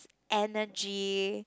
energy